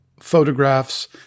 photographs